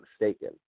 mistaken